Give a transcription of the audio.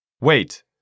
Wait